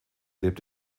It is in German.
lebt